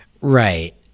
Right